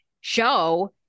show